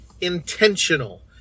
intentional